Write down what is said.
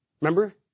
Remember